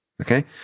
Okay